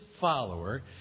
follower